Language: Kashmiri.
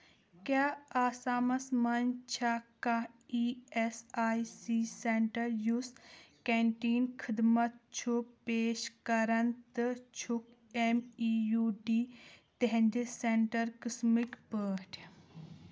کیٛاہ آسامس مَنٛز چھا کانٛہہ E S I C centre یُس کنٛٹیٖن خدمت چھُ پیش کران تہٕ چھُکھ ایٚم ای یوٗ ڈی تِہنٛدِ سینٹر قٕسمٕکۍ پٲٹھۍ